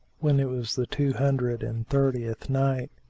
when it was the two hundred and thirtieth night,